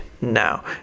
now